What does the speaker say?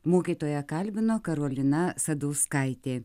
mokytoją kalbino karolina sadauskaitė